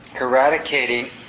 eradicating